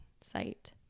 site